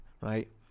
right